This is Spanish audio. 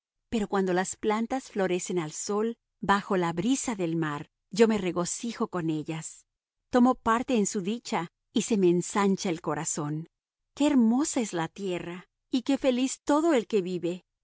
pero cuando las plantas florecen al sol bajo la brisa del mar yo me regocijo con ellas tomo parte en su dicha y se me ensancha el corazón qué hermosa es la tierra y qué feliz todo el que vive